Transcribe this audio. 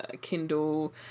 kindle